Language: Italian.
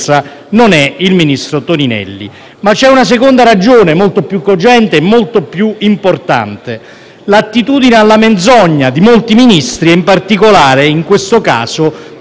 non è il ministro Toninelli. C'è poi una seconda ragione molto più cogente e importante: mi riferisco all'attitudine alla menzogna di molti Ministri e, in particolare, in questo caso,